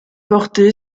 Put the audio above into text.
porté